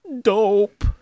Dope